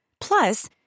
Plus